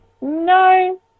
no